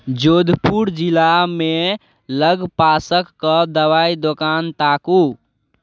जोधपुर जिलामे लगपासक कऽ दवाइ दोकान ताकू